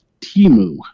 Timu